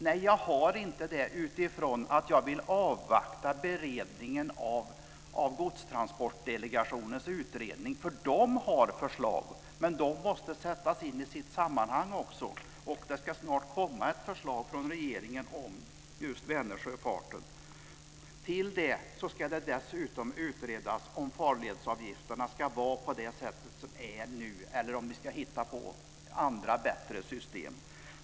Nej, jag har inte det utifrån att jag vill avvakta beredningen av Godstransportdelegationens utredning, för den har förslag, men de måste sättas in i sitt sammanhang också. Det ska snart komma ett förslag från regeringen om just Vänersjöfarten. Till det ska det dessutom utredas om farledsavgifterna ska vara på det sättet som de är nu eller om vi ska hitta på andra, bättre system.